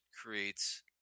creates